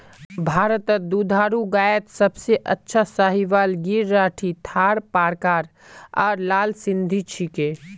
भारतत दुधारू गायत सबसे अच्छा साहीवाल गिर राठी थारपारकर आर लाल सिंधी छिके